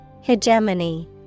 Hegemony